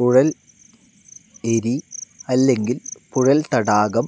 പുഴൽ എരി അല്ലെങ്കിൽ പുഴൽ തടാകം